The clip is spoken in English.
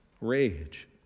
Rage